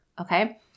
Okay